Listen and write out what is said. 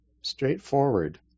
straightforward